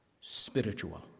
spiritual